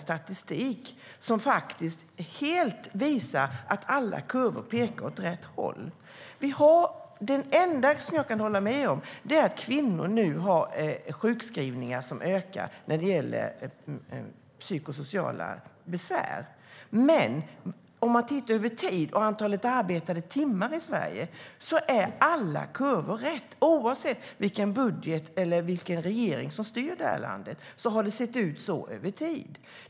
Statistiken visar tydligt att kurvorna pekar åt rätt håll. Det enda jag kan hålla med om är att kvinnors sjukskrivningar ökar när det gäller psykosociala besvär. Men om man tittar över tid och beaktar antalet arbetade timmar i Sverige går alla kurvor åt rätt håll. Oavsett vilken budget vi haft och vilken regering som styrt landet har det sett ut så över tid.